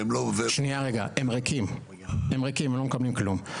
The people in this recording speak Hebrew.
הם ריקים, לא מקבלים כלום.